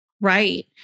Right